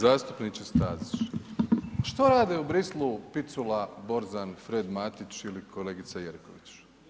Zastupniče Stazić, što rade u Bruxellesu Picula, Borzan, Fred Matić ili kolegica Jerković?